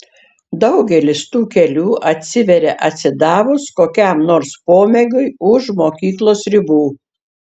daugelis tų kelių atsiveria atsidavus kokiam nors pomėgiui už mokyklos ribų